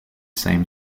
same